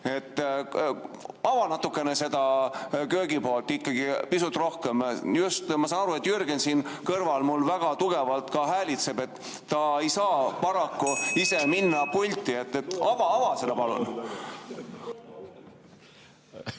Ava natukene seda köögipoolt ikkagi pisut rohkem. Just, ma saan aru, et Jürgen siin kõrval väga tugevalt häälitseb, ta ei saa paraku ise pulti minna. Ava seda palun!